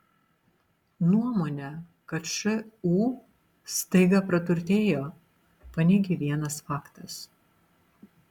nuomonę kad šu staiga praturtėjo paneigė vienas faktas